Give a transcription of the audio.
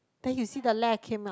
then you see the came out